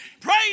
Pray